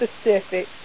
specific